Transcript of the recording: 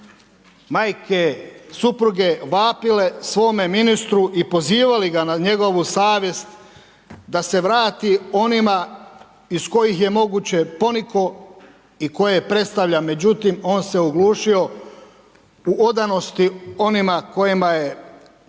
majke, supruge vapile svome ministru i pozivali ga na njegovu savjest da se vrati onima iz kojih je moguće ponikao i koje predstavlja, međutim on se oglušio u odanosti onima kojima je